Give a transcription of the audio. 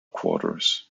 quarters